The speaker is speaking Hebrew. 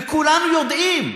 וכולנו יודעים,